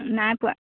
নাই পোৱা